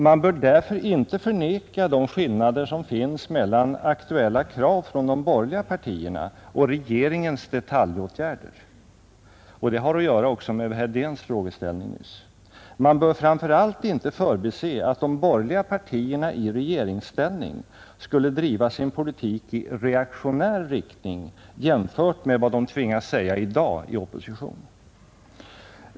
Man bör därför inte förneka de skillnader som finns mellan aktuella krav från de borgerliga partierna och regeringens detaljåtgärder. Detta förhållande har också samband med herr Wedéns frågeställning nyss. Man bör framför allt inte förbise att de borgerliga partierna i regeringsställning skulle driva sin politik i reaktionär riktning jämfört med vad de i dag tvingas säga i opposition.